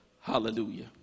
Hallelujah